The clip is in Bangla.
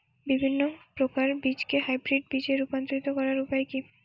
বিভিন্ন প্রকার বীজকে হাইব্রিড বীজ এ রূপান্তরিত করার উপায় কি?